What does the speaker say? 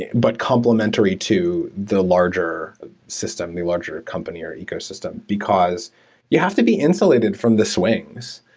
but complementary to the larger system, the larger company, or ecosystem, because you have to be insulated from the swings.